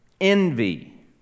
envy